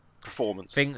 Performance